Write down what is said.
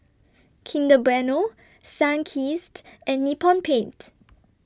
Kinder Bueno Sunkist and Nippon Paint